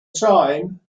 time